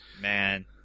Man